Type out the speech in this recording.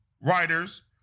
writers